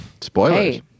Spoilers